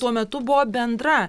nes tuo metu buvo bendra